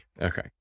Okay